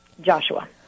Joshua